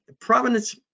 Providence